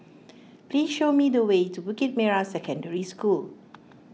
please show me the way to Bukit Merah Secondary School